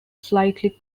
slightly